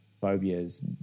phobias